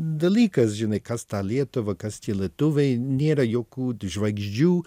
dalykas žinai kas ta lietuva kas tie lietuviai nėra jokių žvaigždžių